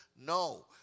No